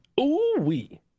Ooh-wee